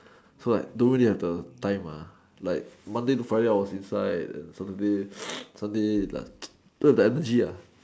so like don't really have the time ah like Monday to Friday I was inside and Saturday Sunday don't have the energy ah